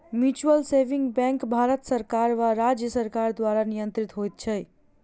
mutual saving bank Bharat सरकार वा राज्य सरकार द्वारा नियंत्रित होइत छै